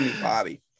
bobby